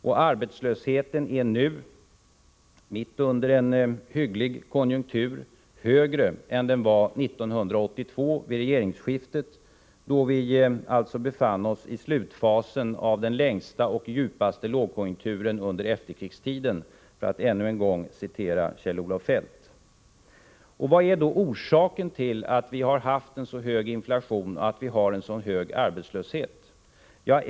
Och arbetslösheten är nu, mitt under en hygglig konjunktur, högre än den var vid regeringsskiftet 1982, då vi alltså befann oss i slutfasen av den längsta och djupaste lågkonjunkturen under efterkrigstiden, för att ännu en gång citera Kjell-Olof Feldt. Vad är då orsaken till att vi har haft en så hög inflation och att vi har en så hög arbetslöshet?